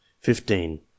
fifteen